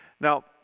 Now